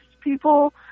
people